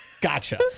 Gotcha